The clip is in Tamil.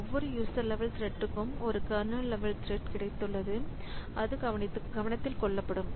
ஒவ்வொரு யூசர் லெவல் த்ரெட்க்கும் ஒரு கர்னல் லெவல் த்ரெட் கிடைத்துள்ளது அது கவனித்துக் கொள்ளப்படும்